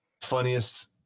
funniest